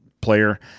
player